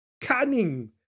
cunning